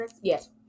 Yes